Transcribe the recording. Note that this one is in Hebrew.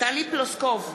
טלי פלוסקוב,